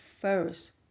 first